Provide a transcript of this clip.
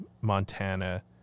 Montana